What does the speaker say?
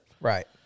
right